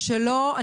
בואי נתחיל,